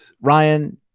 Ryan